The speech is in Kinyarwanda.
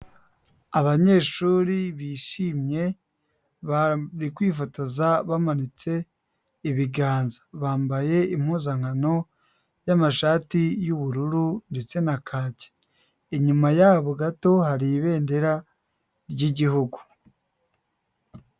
Abanyeshuri bishimye bari kwifotoza bamanitse ibiganza, bambaye impuzankano y'amashati y'ubururu ndetse na kaki, inyuma yabo gato hari ibendera ry'igihugu.